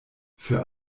für